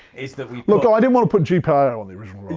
is that we look i didn't want to put gpio on the original